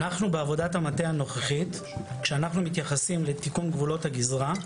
בעבודת המטה הנוכחית כשאנחנו מתייחסים לתיקון גבולות הגזרה,